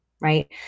right